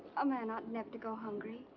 a man ought never to go hungry.